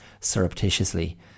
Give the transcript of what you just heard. surreptitiously